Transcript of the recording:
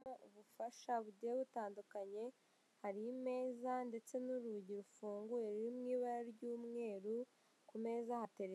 Abantu bicaye benshi bisa nk'aho bari mu mahugurwa, bafite utuntu tw'uducupa tw'amazi ku ruhande yaho harimo abagore, harimo abagabo, harimo abazungu; hirya hari